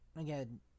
again